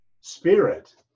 spirit